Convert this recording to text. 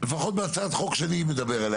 לפחות בהצעת חוק שאני מדבר עליה,